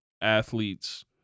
athletes